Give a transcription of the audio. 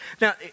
Now